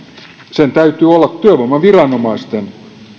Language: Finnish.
sen täytyy olla työvoimaviranomaisten